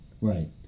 Right